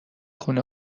خونه